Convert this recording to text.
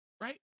Right